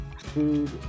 food